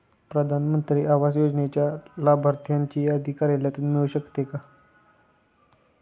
प्रधान मंत्री आवास योजनेच्या लाभार्थ्यांची यादी कार्यालयातून मिळू शकते